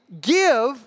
give